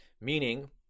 meaning